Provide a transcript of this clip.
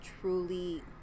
truly